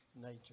nature